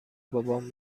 بابام